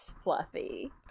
fluffy